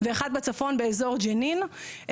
ואחד בצפון באזור ג'נין,